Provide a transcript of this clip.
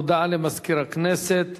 הודעה למזכיר הכנסת.